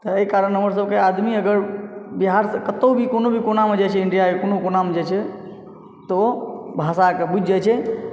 एहि कारण हमर सभक आदमी अगर बिहारसँ कतौ भी कोनो भी कोना मे जाइ छै इन्डिया के कोनो कोना मै जाइ छै तऽ ओ भाषा कऽ बुझि जाइ छै